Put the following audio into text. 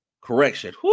correction